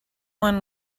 one